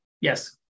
Yes